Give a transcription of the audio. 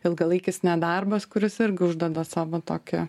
ilgalaikis nedarbas kuris irgi uždeda savo tokį